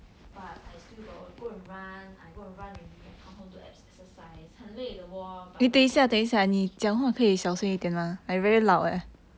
but I still got go and run I go and run already I come home do abs exercise 很累的 wor